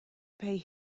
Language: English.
pay